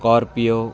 scorpio